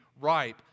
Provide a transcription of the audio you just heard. ripe